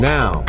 Now